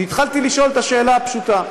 אני התחלתי לשאול את השאלה הפשוטה: